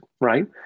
Right